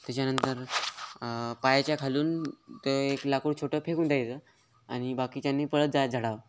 त्याच्यानंतर पायाच्या खालून ते एक लाकूड छोटं फेकून द्यायचं आणि बाकीच्यांनी पळत जायचं झाडावर